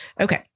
Okay